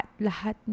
lahat